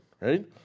right